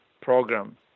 program